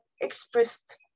expressed